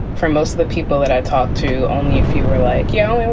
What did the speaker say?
for most of the people that i talked to, only a few were like, yo, and